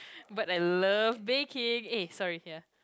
but I love baking aye sorry ya